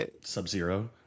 Sub-Zero